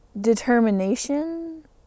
determination